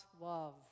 love